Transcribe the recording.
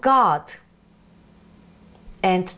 god and